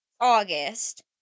August